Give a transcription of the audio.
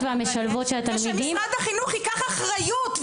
והמשלבות של התלמידים.) שמשרד החינוך ייקח אחריות,